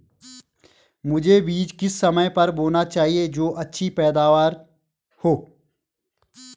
मुझे बीज किस समय पर बोना चाहिए जो अच्छी पैदावार हो?